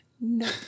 No